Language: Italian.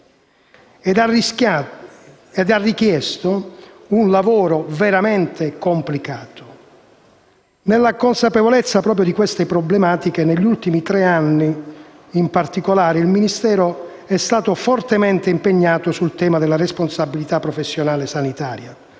e ha richiesto un lavoro veramente complicato. Nella consapevolezza di queste problematiche, negli ultimi tre anni, in particolare, il Ministero è stato fortemente impegnato sul tema della responsabilità professionale sanitaria,